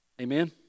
amen